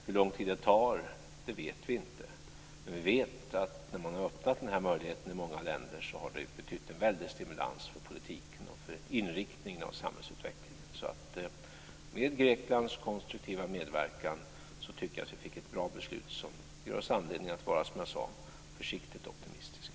Hur lång tid det tar vet vi inte, men vi vet att när man har öppnat den här möjligheten har det i många länder betytt en väldig stimulans för politiken och för inriktningen av samhällsutvecklingen. Så med Greklands konstruktiva medverkan tycker jag att vi fick ett bra beslut som ger oss anledning att vara, som jag sade, försiktigt optimistiska.